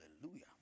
Hallelujah